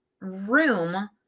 room